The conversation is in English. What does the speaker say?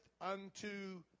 unto